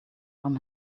from